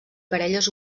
parelles